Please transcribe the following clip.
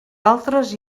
altres